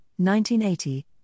1980